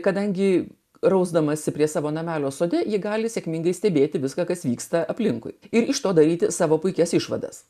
kadangi rausdamasi prie savo namelio sode ji gali sėkmingai stebėti viską kas vyksta aplinkui ir iš to daryti savo puikias išvadas